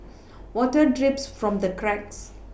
water drips from the cracks